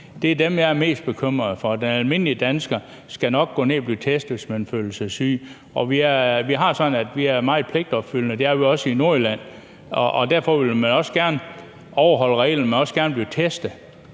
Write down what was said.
Det er dem, jeg er mest bekymret for. Den almindelige dansker skal nok gå ned og blive testet, hvis man føler sig syg. Og vi har det sådan, at vi er meget pligtopfyldende – det er vi også i Nordjylland – og derfor vil man også gerne overholde reglerne, og man vil også gerne blive testet,